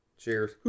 Cheers